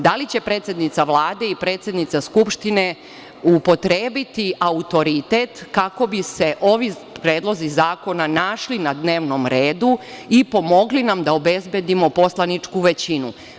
Da li će predsednica Vlade i predsednica Skupštine upotrebiti autoritet kako bi se ovi predlozi zakona našli na dnevnom redu i pomogli nam da obezbedimo poslaničku većinu?